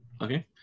Okay